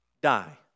die